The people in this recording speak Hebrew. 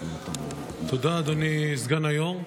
תודה, אדוני סגן היו"ר.